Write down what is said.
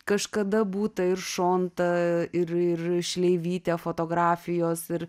kažkada būta ir šonta ir šleivytė fotografijos ir